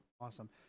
Awesome